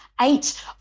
eight